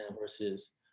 Versus